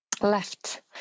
left